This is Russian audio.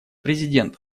президент